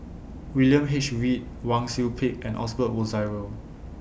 William H Read Wang Sui Pick and Osbert Rozario